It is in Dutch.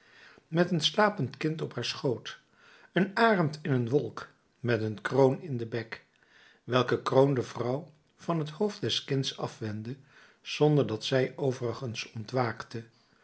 met een slapend kind op haar schoot een arend in een wolk met een kroon in den bek welke kroon de vrouw van het hoofd des kinds afwendde zonder dat zij overigens ontwaakte